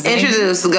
Introduce